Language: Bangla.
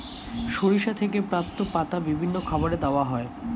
সরিষা থেকে প্রাপ্ত পাতা বিভিন্ন খাবারে দেওয়া হয়